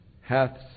hath